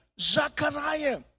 zachariah